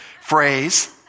phrase